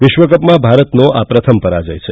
વિશ્વકપમાં ભારતનો આ પ્રથમ પરાજય છે